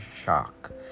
shock